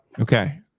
Okay